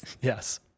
Yes